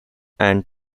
and